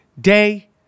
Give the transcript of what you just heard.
day